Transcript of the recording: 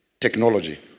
technology